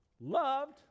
loved